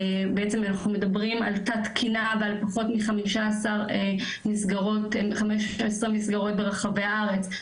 בעצם אנחנו מדברים על תת-תקינה ועל פחות מ-15 מסגרות ברחבי הארץ.